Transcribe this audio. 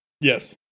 Yes